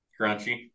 Crunchy